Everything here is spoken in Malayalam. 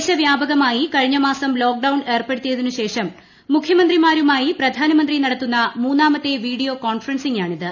ദേശവ്യാപകമായി കഴിഞ്ഞമാസം ലോക്ഡൌൺ ഏർപ്പെടുത്തിയതിനുശേഷം മുഖ്യമന്ത്രിമാരുമായി പ്രധാനമന്ത്രി നടത്തുന്ന മൂന്നാമത്തെ വീഡിയോ കോൺഫറൻസാണിത്